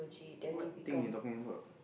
what thing you talking about